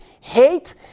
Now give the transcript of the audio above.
hate